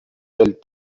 tels